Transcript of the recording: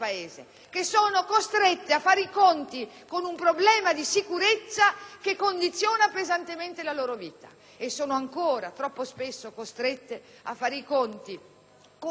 e ancora troppo spesso costrette a fare i conti con un'arretratezza culturale che ci ha portato finora a sottovalutare in modo colpevole (voglio dire criminale)